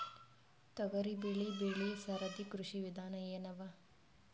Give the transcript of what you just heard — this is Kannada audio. ತೊಗರಿಬೇಳೆ ಬೆಳಿ ಸರದಿ ಕೃಷಿ ವಿಧಾನ ಎನವ?